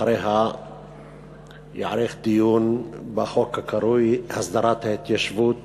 אחריה ייערך דיון בחוק הקרוי "הסדרת ההתיישבות